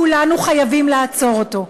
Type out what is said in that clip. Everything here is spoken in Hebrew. כולנו חייבים לעצור אותו.